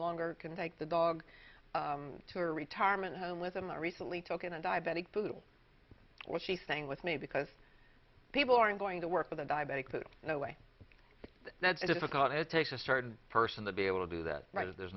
longer can take the dog to a retirement home with them or recently took in a diabetic food or she sang with me because people aren't going to work with a diabetic that no way that's a difficult it takes a certain person to be able to do that right there's